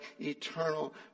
eternal